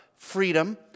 Freedom